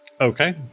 okay